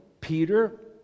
Peter